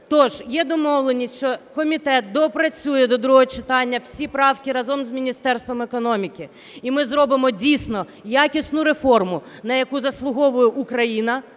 Тож є домовленість, що комітет доопрацює до другого читання всі правки разом з Міністерством економіки. І ми зробимо дійсно якісну реформу, на яку заслуговує Україна,